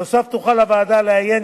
נוסף על כך תוכל הוועדה לעיין,